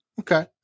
Okay